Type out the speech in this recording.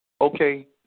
Okay